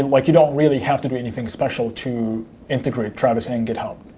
and like you don't really have to do anything special to integrate travis and github,